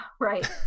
right